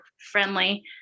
friendly